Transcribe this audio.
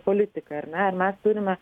politiką ar ne ar mes turime